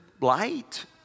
light